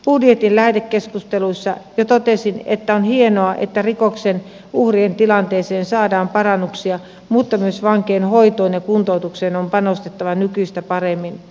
budjetin lähetekeskustelussa jo totesin että on hienoa että rikoksen uhrin tilanteeseen saadaan parannuksia mutta myös vankeinhoitoon ja kuntoutukseen on panostettava nykyistä paremmin